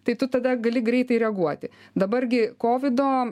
tai tu tada gali greitai reaguoti dabar gi kovido